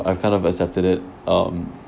I've kind of accepted it um